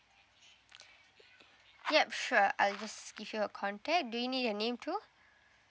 yup sure I'll just give you her contact do you need her name too